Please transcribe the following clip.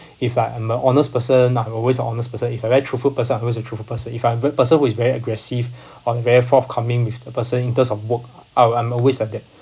if like I'm an honest person I'm always an honest person if I'm a very truthful person I'm always a truthful person if I'm a good person who is very aggressive or very forthcoming with the person in terms of work I'm I'm always like that